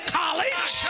college